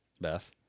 beth